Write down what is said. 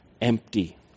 empty